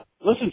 listen